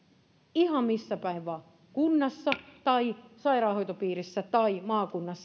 ihan missäpäin vain kunnassa tai sairaanhoitopiirissä tai maakunnassa